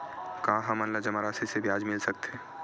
का हमन ला जमा राशि से ब्याज मिल सकथे?